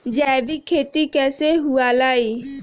जैविक खेती कैसे हुआ लाई?